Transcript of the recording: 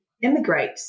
immigrate